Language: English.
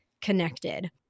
connected